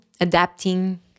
adapting